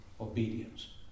obedience